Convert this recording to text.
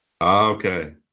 okay